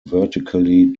vertically